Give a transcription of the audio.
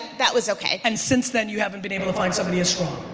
that was okay. and since then you haven't been able to find somebody as strong?